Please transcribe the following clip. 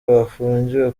bafungiwe